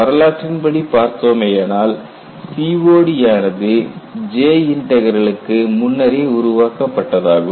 வரலாற்றின்படி பார்த்தோமேயானால் COD ஆனது J integral க்கு முன்னரே உருவாக்க பட்டதாகும்